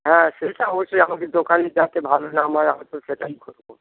হ্যাঁ সেইটা অবশ্যই আমাদের দোকানে যাতে ভালো না আমার হয়তো সেটাই করবো